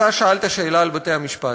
אתה שאלת שאלה על בתי-המשפט,